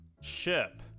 ship